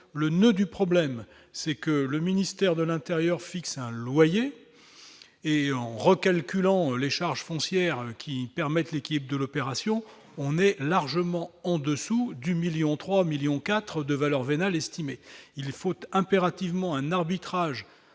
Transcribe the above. le noeud du problème, c'est que le ministère de l'Intérieur, fixer un loyer et recalcul en les charges foncières qui permettent l'équipe de l'opération, on est largement en-dessous du 1000000 3 millions 4 de valeur vénale estimé il faut impérativement un arbitrage